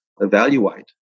evaluate